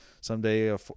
someday